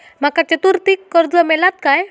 माका चतुर्थीक कर्ज मेळात काय?